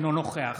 אינו נוכח